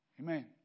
Amen